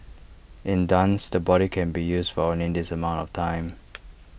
in dance the body can be used for only this amount of time